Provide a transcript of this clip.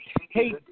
Hey